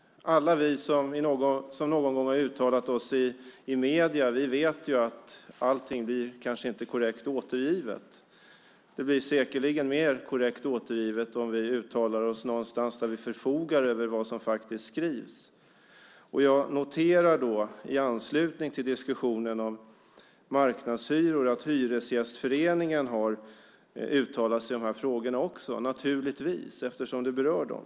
Alla vi som någon gång har uttalat oss i medierna vet att allting kanske inte blir korrekt återgivet. Det blir säkerligen mer korrekt återgivet om vi uttalar oss någonstans där vi förfogar över vad som faktiskt skrivs. Jag noterar i anslutning till diskussionen om marknadshyror att Hyresgästföreningen naturligtvis också har uttalat sig i de här frågorna, eftersom de berör dem.